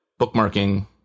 bookmarking